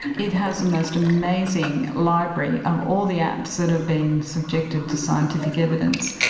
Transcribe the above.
it has the most amazing library of all the apps that have been subjected to scientific evidence,